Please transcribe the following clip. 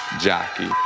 jockey